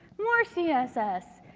more css.